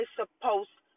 supposed